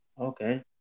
Okay